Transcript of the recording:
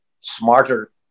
smarter